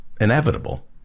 inevitable